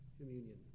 communion